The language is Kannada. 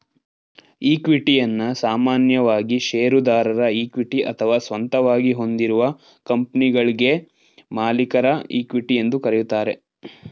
ಇಕ್ವಿಟಿಯನ್ನ ಸಾಮಾನ್ಯವಾಗಿ ಶೇರುದಾರರ ಇಕ್ವಿಟಿ ಅಥವಾ ಸ್ವಂತವಾಗಿ ಹೊಂದಿರುವ ಕಂಪನಿಗಳ್ಗೆ ಮಾಲೀಕರ ಇಕ್ವಿಟಿ ಎಂದು ಕರೆಯುತ್ತಾರೆ